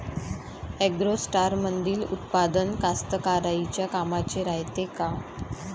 ॲग्रोस्टारमंदील उत्पादन कास्तकाराइच्या कामाचे रायते का?